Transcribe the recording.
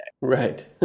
right